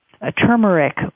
Turmeric